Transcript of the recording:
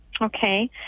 okay